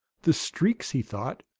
the streaks, he thought,